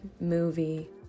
movie